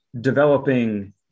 developing